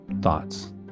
thoughts